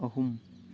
ꯑꯍꯨꯝ